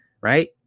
right